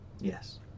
Yes